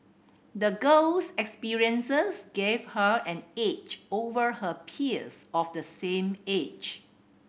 the girl's experiences gave her an edge over her peers of the same age